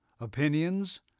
opinions